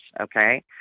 Okay